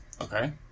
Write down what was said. Okay